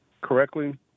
correctly